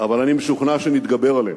אבל אני משוכנע שנתגבר עליהם.